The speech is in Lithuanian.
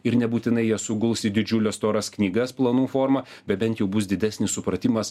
ir nebūtinai jie suguls į didžiules storas knygas planų forma be bent jau bus didesnis supratimas